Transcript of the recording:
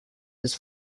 his